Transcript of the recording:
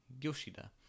Yoshida